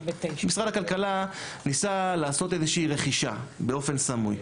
משרד הכלכלה ניסה לעשות איזושהי רכישה באופן סמוי.